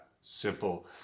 simple